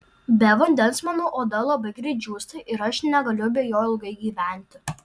be vandens mano oda labai greit džiūsta ir aš negaliu be jo ilgai gyventi